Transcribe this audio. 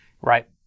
right